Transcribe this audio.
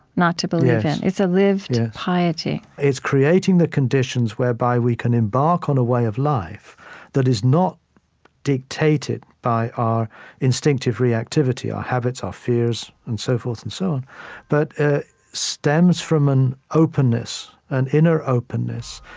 not to believe in. it's a lived piety yes, it's creating the conditions whereby we can embark on a way of life that is not dictated by our instinctive reactivity our habits, our fears, and so forth and so on but ah stems from an openness, an inner openness,